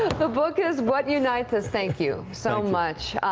the book is what unites us. thank you so much.